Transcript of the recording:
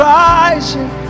rising